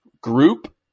Group